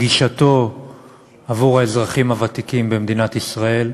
גישתו עבור האזרחים הוותיקים במדינת ישראל.